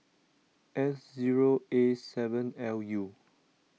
S zero A seven L U